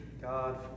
God